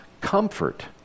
comfort